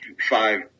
five